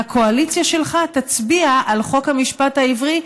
הקואליציה שלך תצביע על חוק המשפט העברי,